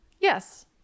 Yes